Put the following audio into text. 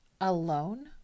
alone